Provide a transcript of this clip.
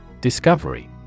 Discovery